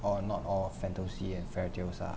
all not all fantasy and fairy tales are